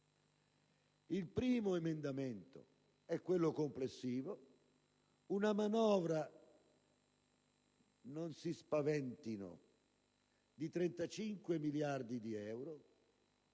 Il primo emendamento è quello complessivo. Una manovra - non si spaventino i colleghi - di 35 miliardi di euro,